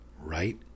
right